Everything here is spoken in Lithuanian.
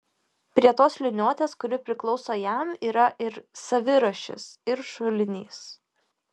prie tos liniuotės kuri priklauso jam yra ir savirašis ir šulinys